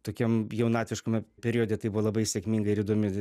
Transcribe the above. tokiam jaunatviškame periode tai buvo labai sėkminga ir įdomi